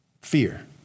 fear